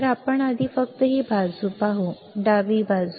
तर आपण आधी फक्त ही बाजू पाहू प्रथम डावी बाजू